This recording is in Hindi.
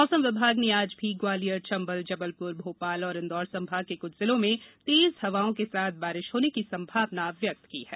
मौसम विभाग ने आज भी ग्वालियर चंबल जबलप्र भाप्राल और इंदौर संभाग के क्छ जिलों में तेज हवाओं के साथ बारिश हामे की संभावना जताई है